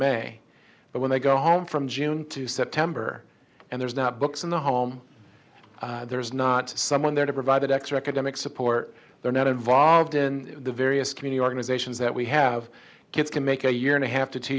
may but when they go home from june to september and there's not books in the home there's not someone there to provide extra economic support they're not involved in the various community organizations that we have kids can make a year and a half to two